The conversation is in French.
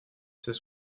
c’est